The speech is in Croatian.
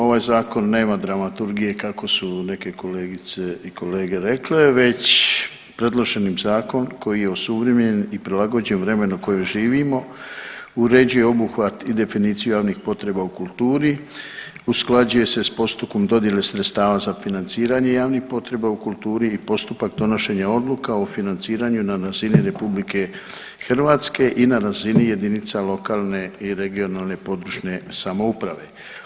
Ovaj zakon nema dramaturgije kako su neke kolegice i kolege rekle već predloženi zakon koji je osuvremenjen i prilagođen vremenu u kojem živimo uređuje obuhvat i definiciju javnih potreba u kulturi, usklađuje se sa postupkom dodjele sredstava za financiranje javnih potreba u kulturi i postupak donošenja odluka o financiranju na razini Republike Hrvatske i na razini jedinica lokalne i regionalne (područne) samouprave.